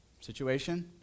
Situation